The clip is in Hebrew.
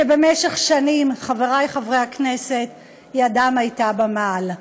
שבמשך שנים, חברי חברי הכנסת, ידם הייתה במעל.